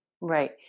Right